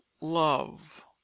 love